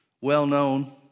well-known